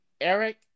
Eric